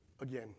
again